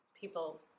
people